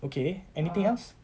okay anything else